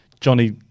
Johnny